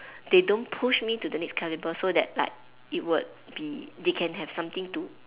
they don't push me to the next calibre so that like it would be they can have something to